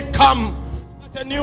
come